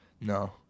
No